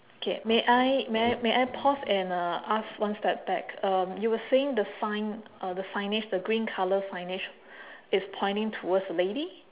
K may I may I may I pause and uh ask one step back um you were saying the sign uh the signage the green colour signage is pointing towards the lady